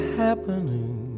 happening